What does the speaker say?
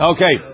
Okay